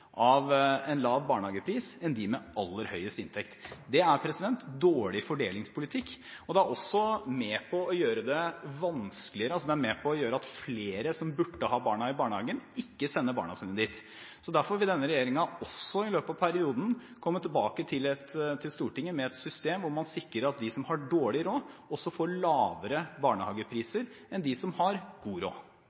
av en lav barnehagepris enn dem med aller høyest inntekt. Det er dårlig fordelingspolitikk, og det er også med på å gjøre at flere som burde ha barna i barnehagen, ikke sender barna sine dit. Derfor vil denne regjeringen også i løpet av perioden komme tilbake til Stortinget med et system hvor man sikrer at de som har dårlig råd, får lavere barnehagepriser enn de som har god råd.